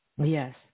Yes